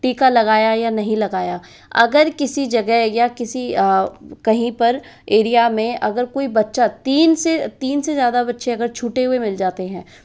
टीका लगाया है या नहीं लगाया अगर किसी जगह या किसी कहीं पर एरिया में अगर कोई बच्चा तीन से तीन से ज़्यादा बच्चे अगर छूटे हुए मिल जाते है